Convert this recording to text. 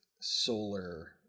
solar